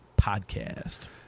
podcast